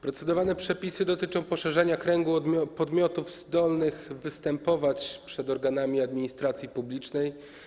Procedowane przepisy dotyczą poszerzenia kręgu podmiotów zdolnych występować przed organami administracji publicznej.